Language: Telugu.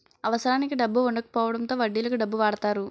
అవసరానికి డబ్బు వుండకపోవడంతో వడ్డీలకు డబ్బు వాడతారు